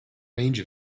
range